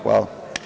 Hvala.